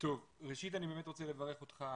ראשית אני רוצה לברך אותך